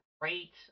great